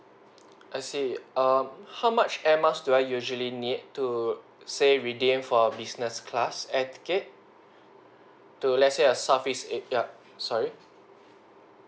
I see um how much airmiles do I usually need to say redeem for a business class air ticket to let's say a southeast yup sorry